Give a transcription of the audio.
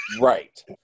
Right